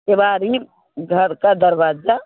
किवाड़ घर का दरवाज़ा